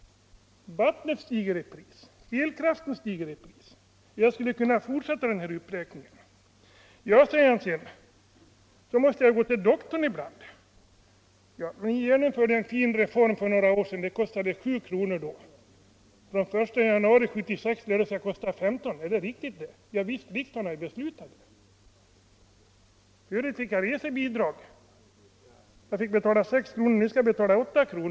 Vattnet stiger i pris, elkraften stiger i pris — jag skulle kunna fortsätta uppräkningen. Jag måste gå till doktorn ibland, säger pensionären. Ni genomförde en fin reform för några år sedan. Ett läkarbesök kostade 7 kr. då. Den 1 januari 1976 lär det skola kosta 15 kr. — är det riktigt det? Ja visst, riksdagen har beslutat det. Förut fick jag resebidrag, säger han vidare. Jag betalade 6 kr.